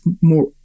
more